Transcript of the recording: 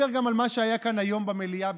זה, אל תדאג, השר שעשה הכי הרבה במדינת ישראל.